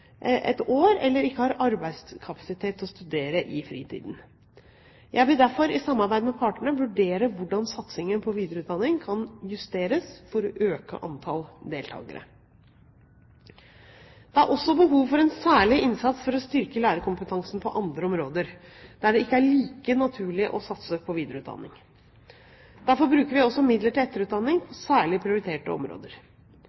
et år, eller ikke har arbeidskapasitet til å studere i fritiden. Jeg vil derfor i samarbeid med partene vurdere hvordan satsingen på videreutdanning kan justeres for å øke antall deltakere. Det er også behov for en særlig innsats for å styrke lærerkompetansen på andre områder, der det ikke er like naturlig å satse på videreutdanning. Derfor bruker vi også midler til etterutdanning